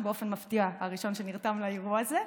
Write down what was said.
שבאופן מפתיע הוא הראשון שנרתם לאירוע הזה,